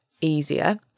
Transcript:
easier